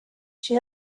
she